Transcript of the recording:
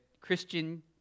Christian